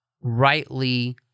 rightly